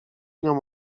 nią